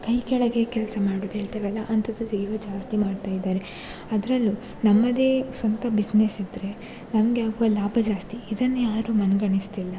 ಕೈ ಕೆಳಗೆ ಕೆಲಸ ಮಾಡೋದ್ ಹೇಳ್ತೇವಲ್ವ ಅಂಥದ್ದು ಈಗ ಜಾಸ್ತಿ ಮಾಡ್ತಾಯಿದ್ದಾರೆ ಅದ್ರಲ್ಲೂ ನಮ್ಮದೇ ಸ್ವಂತ ಬಿಸ್ನೆಸ್ಸಿದ್ದರೆ ನಮಗೆ ಆಗುವ ಲಾಭ ಜಾಸ್ತಿ ಇದನ್ನು ಯಾರೂ ಮನಗಣಿಸ್ತಿಲ್ಲ